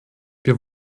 wir